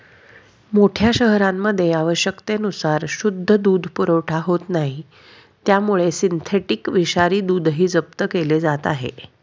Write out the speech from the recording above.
मोठ्या शहरांमध्ये आवश्यकतेनुसार शुद्ध दूध पुरवठा होत नाही त्यामुळे सिंथेटिक विषारी दूधही जप्त केले जात आहे